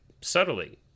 subtly